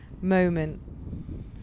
moment